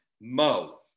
Mo